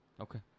Okay